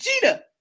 Gina